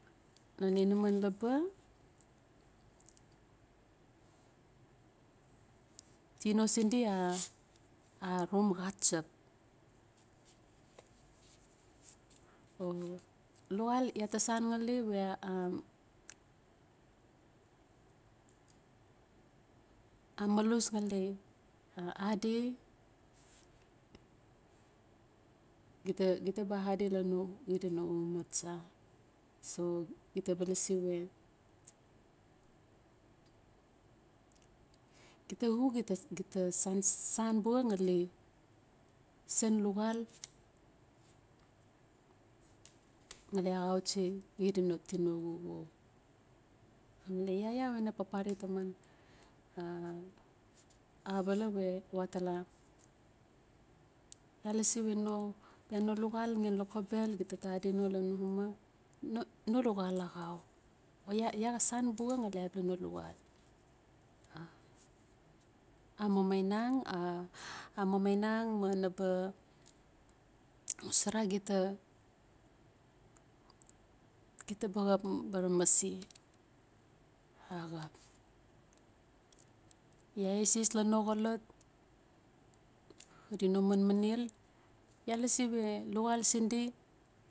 No inaman laba, tino sin di anom xadnep o lluxal ya ta san ngali we a o luxal ya ta san ngali we a malus ngali adi, gita, gita ba adi lan no xida no uma cha so gita ba lasi we gita uxuk gita san buxa ngali sen luxal nglai axauxhi xida no tino xuxuk. Male ya, yawe na papare taman a abala we we atala, ua lasi we no bia no luxalxen loxobel gita ba adi lan uma no luxal axau o ya san buxa ngali abia no luxal a mamainang a mamainang ma naba xosara gita gita ba xap maramase axap. Ya eses lan no xolot xadi no manmanel ya lasi we luxal sin di.